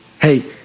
Hey